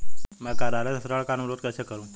मैं कार्यालय से ऋण का अनुरोध कैसे करूँ?